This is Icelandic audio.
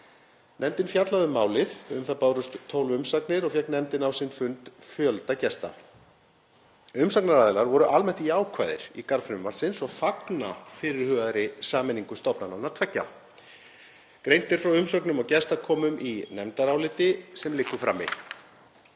Nefndin fjallaði um málið. Um það bárust 12 umsagnir og fékk nefndin á sinn fund fjölda gesta. Umsagnaraðilar voru almennt jákvæðir í garð frumvarpsins og fagna fyrirhugaðri sameiningu stofnananna tveggja. Greint er frá umsögnum og gestakomum í nefndaráliti sem liggur frammi.